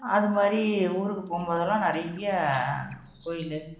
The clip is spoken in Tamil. அது மாதிரி ஊருக்குப் போகும்போதெல்லாம் நிறைய கோயில்